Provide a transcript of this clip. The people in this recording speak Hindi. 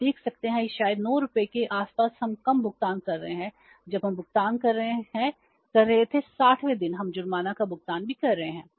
आप देख सकते हैं या शायद 9 रुपये के आसपास हम कम भुगतान कर रहे हैं जब हम भुगतान कर रहे थे 60 वें दिन हम जुर्माना का भुगतान भी कर रहे हैं